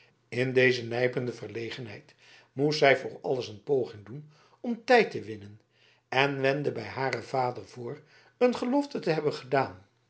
in deze nijpende verlegenheid moest zij voor alles een poging doen om tijd te winnen en wendde bij haren vader voor een gelofte te hebben gedaan